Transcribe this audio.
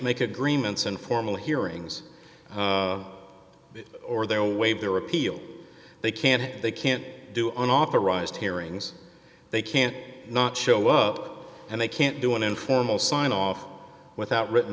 make agreements and formal hearings or their way their appeal they can't they can't do an authorized hearings they can't not show up and they can't do an informal sign off without written